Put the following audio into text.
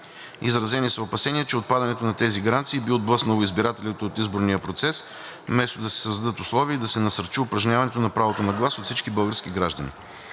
Изразени са опасения, че отпадането на тези гаранции би отблъснало избирателите от изборния процес, вместо да се създадат условия и да се насърчи упражняването на правото на глас от всички български граждани.